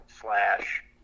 slash